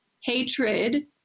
hatred